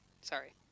sorry